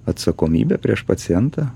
atsakomybę prieš pacientą